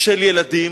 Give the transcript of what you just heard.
של ילדים.